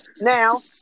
now